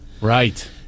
Right